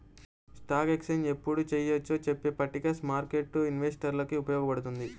stock exchange ఎప్పుడు చెయ్యొచ్చో చెప్పే పట్టిక స్మార్కెట్టు ఇన్వెస్టర్లకి ఉపయోగపడుతుంది